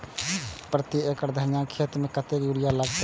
प्रति एकड़ धनिया के खेत में कतेक यूरिया लगते?